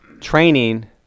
training